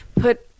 put